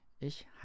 Ich